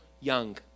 young